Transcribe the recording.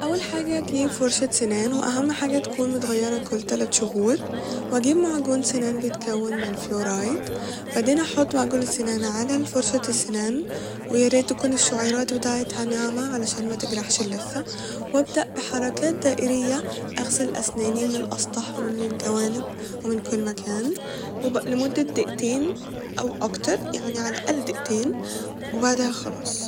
اول حاجة جيب فرشة سنان واهم حاجة تكون متغيرة كل تلت شهور واجيب معجون سنان بيتكون من الفلورايد بعدين هحط معجون السنان على فرشة السنان ، وياريت تكون الشعيرات بتاعتها ناعمة عشان متجرحش اللثة وابدأ بحركات دائرية اغسل اسناني من الاسطح ومن الجوانب ومن كل مكان وب- لمدة دقيقتين او اكتر يعني ع الاقل دقيقتين وبعدها خلاص